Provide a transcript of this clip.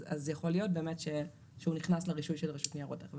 אז יכול להיות באמת שהוא נכנס לרישוי של הרשות לניירות ערך.